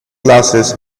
glasses